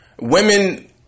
Women